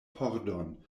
pordon